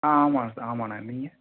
ஆ ஆமாங்க சார் ஆமாண்ணே நீங்கள்